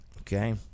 okay